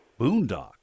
Boondock